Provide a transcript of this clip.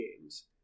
games